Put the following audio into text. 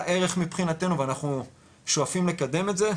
ערך מבחינתנו ואנחנו שואפים לקדם את זה,